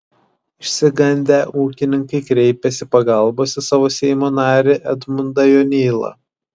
išsigandę ūkininkai kreipėsi pagalbos į savo seimo narį edmundą jonylą